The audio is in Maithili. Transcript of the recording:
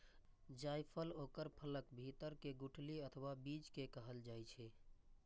जायफल ओकर फलक भीतर के गुठली अथवा बीज कें कहल जाइ छै